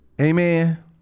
amen